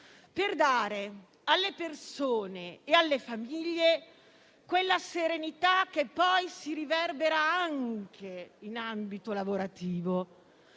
per dare alle persone e alle famiglie quella serenità che poi si riverbera anche in ambito lavorativo,